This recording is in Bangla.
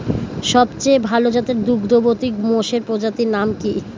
সবচেয়ে ভাল জাতের দুগ্ধবতী মোষের প্রজাতির নাম কি?